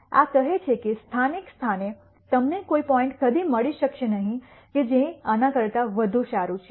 આ કહે છે કે સ્થાનીક સ્થાને તમને કોઈ પોઇન્ટ કદી મળી શકશે નહીં કે જે આના કરતા વધુ સારું છે